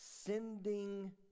sending